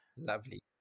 Lovely